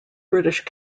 british